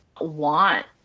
want